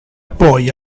poi